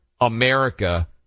America